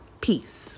Peace